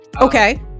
okay